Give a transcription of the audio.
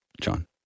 John